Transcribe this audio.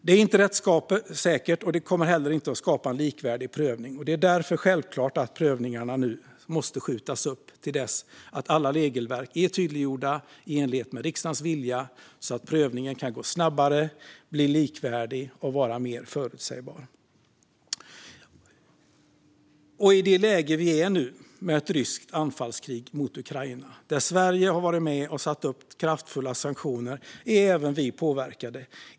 Det är inte rättssäkert, och det kommer heller inte att skapa en likvärdig prövning. Det är därför självklart att prövningarna nu måste skjutas upp till dess att alla regelverk är tydliggjorda, i enlighet med riksdagens vilja, så att prövningen kan gå snabbare och bli likvärdig och mer förutsägbar. I det läge vi är i nu med ett ryskt anfallskrig mot Ukraina, där Sverige har varit med och satt upp kraftfulla sanktioner, är även vi påverkade.